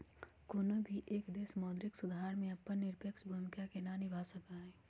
कौनो भी एक देश मौद्रिक सुधार में अपन निरपेक्ष भूमिका के ना निभा सका हई